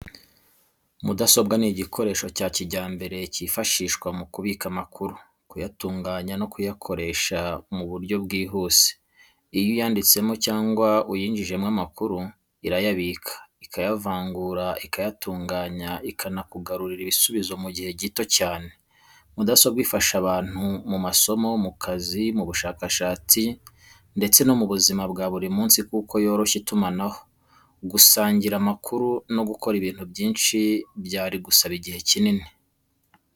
Mudasobwa ni igikoresho cya kijyambere cyifashishwa mu kubika amakuru, kuyatunganya no kuyakoresha mu buryo bwihuse. Iyo uyanditsemo cyangwa uyinjijemo amakuru, irayabika, ikayavangura, ikayatunganya ikanakugarurira ibisubizo mu gihe gito cyane. Mudasobwa ifasha abantu mu masomo, mu kazi, mu bushakashatsi ndetse no mu buzima bwa buri munsi kuko yoroshya itumanaho, gusangira amakuru no gukora ibintu byinshi byari gusaba igihe kinini.